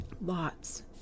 Lots